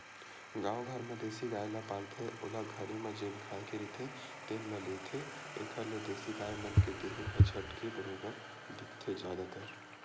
गाँव घर म देसी गाय ल पालथे ओला घरे म जेन खाए के रहिथे तेने ल देथे, एखर ले देसी गाय मन के देहे ह झटके बरोबर दिखथे जादातर